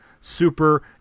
super